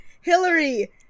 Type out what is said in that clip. Hillary